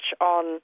on